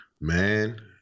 man